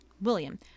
William